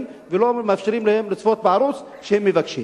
ולא מאפשרים להם לצפות בערוץ שהם מבקשים,